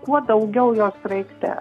kuo daugiau jos sraigtelių